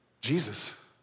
Jesus